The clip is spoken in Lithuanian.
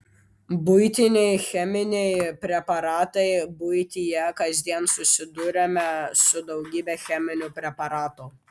buitiniai cheminiai preparatai buityje kasdien susiduriame su daugybe cheminių preparatų